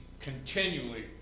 continually